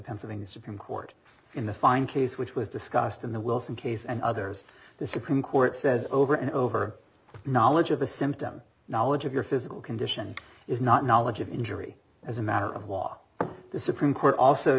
pennsylvania supreme court in the fine case which was discussed in the wilson case and others the supreme court says over and over knowledge of a symptom knowledge of your physical condition is not knowledge of injury as a matter of law the supreme court also